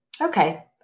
Okay